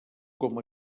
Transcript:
com